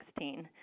2016